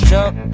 Jump